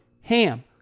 HAM